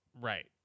Right